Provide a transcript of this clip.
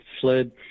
fled